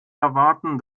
erwarten